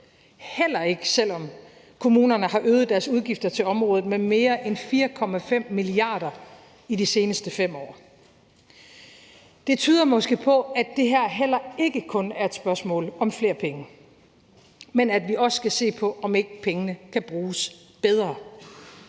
heller ikke selv om kommunerne har øget deres udgifter til området med mere end 4,5 mia. kr. i de seneste 5 år. Det tyder måske på, at det her heller ikke kun er et spørgsmål om flere penge, men at vi også skal se på, om ikke pengene kan bruges bedre.